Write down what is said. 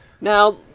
Now